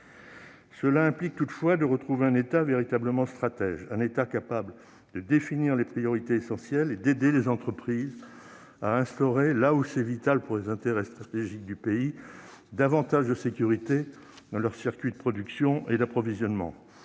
Cela implique toutefois de retrouver un État véritablement stratège, un État capable de définir les priorités essentielles et d'aider les entreprises à instaurer, là où c'est vital pour les intérêts stratégiques du pays, davantage de sécurité dans leurs circuits de production et d'approvisionnement.